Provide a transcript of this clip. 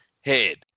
head